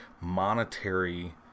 monetary